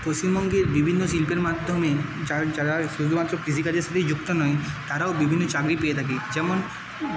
পশ্চিমবঙ্গের বিভিন্ন শিল্পের মাধ্যমে যা যারা শুধুমাত্র কৃষিকাজের সাথেই যুক্ত নই তারাও বিভিন্ন চাকরি পেয়ে থাকে যেমন